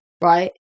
Right